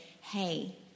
hey